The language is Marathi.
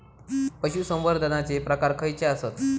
पशुसंवर्धनाचे प्रकार खयचे आसत?